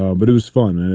ah but it was fun. and